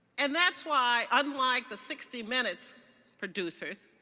and that's why, unlike the sixty minutes producers,